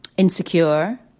insecure,